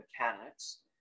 mechanics